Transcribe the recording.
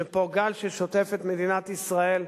שפה גל ששוטף את מדינת ישראל,